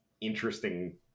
interesting